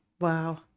Wow